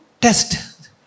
test